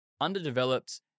underdeveloped